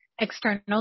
external